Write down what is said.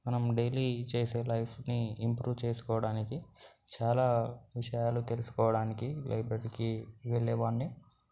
మనం డైలీ చేసే లైఫ్ని ఇంప్రూవ్ చేసుకోవడానికి చాలా విషయాలు తెలుసుకోవడానికి లైబ్రరీకి వెళ్ళేవాడిని